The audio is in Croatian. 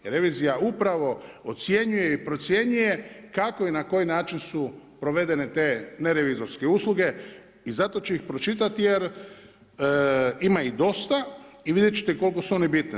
Revizija upravo ocjenjuje i procjenjuje kako i na koji način su provedene te nerevizorske usluge i zato će ih pročitati jer ima ih dosta i vidjet ćete koliko su one bitne.